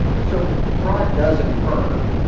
so fraud does occur.